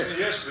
Yes